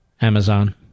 Amazon